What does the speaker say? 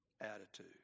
attitude